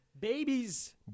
Babies